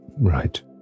Right